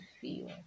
feel